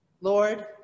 Lord